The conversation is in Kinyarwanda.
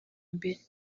mbere